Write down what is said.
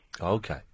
Okay